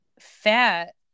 fat